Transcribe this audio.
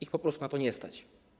Ich po prostu na to nie stać.